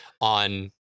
on